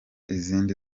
izindi